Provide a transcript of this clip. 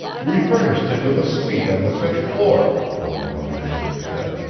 we furnished him with a suite on the fifth floor, the hotel manager said.